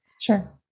Sure